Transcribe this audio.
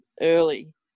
early